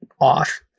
off